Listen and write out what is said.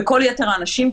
וכל יתר האנשים,